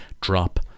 drop